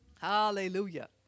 Hallelujah